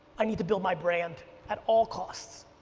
i need to build my brand at all costs.